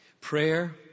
Prayer